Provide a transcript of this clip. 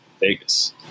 Vegas